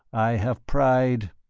i have pride.